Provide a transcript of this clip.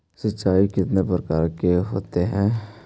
सिंचाई कितने प्रकार के होते हैं?